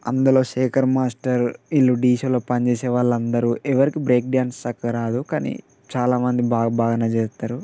అందులో శేఖర్ మాస్టర్ వీళ్ళు ఢీ షోలో పని చేసే వాళ్ళందరూ ఎవరికీ బ్రేక్ డ్యాన్స్ సరిగ్గా రాదు కానీ చాలామంది బాగా బాగానే చేస్తారు